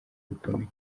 bikomeye